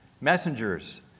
messengers